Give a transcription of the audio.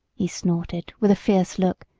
he snorted with a fierce look,